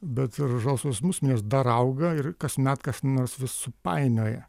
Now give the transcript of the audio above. bet ir žalsvos musmirės dar auga ir kasmet kas nors vis supainioja